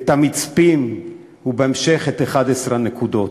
את המצפים, ובהמשך, את 11 הנקודות,